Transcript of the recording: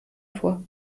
vor